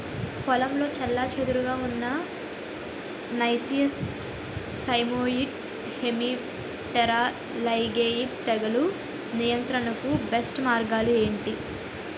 పొలంలో చెల్లాచెదురుగా ఉన్న నైసియస్ సైమోయిడ్స్ హెమిప్టెరా లైగేయిడే తెగులు నియంత్రణకు బెస్ట్ మార్గాలు ఏమిటి?